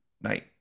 night